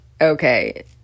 Okay